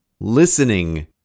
listening